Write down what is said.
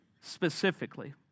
specifically